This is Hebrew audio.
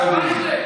הרב אייכלר,